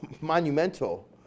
monumental